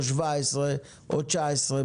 2017 או 2019,